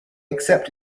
accept